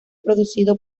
producido